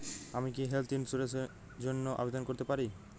আমি কি health insurance র জন্য আবেদন করতে পারি?